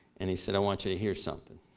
and he said, i want you to hear something.